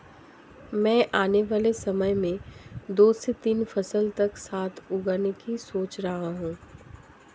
मैं आने वाले समय में दो से तीन फसल एक साथ उगाने की सोच रहा हूं